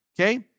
Okay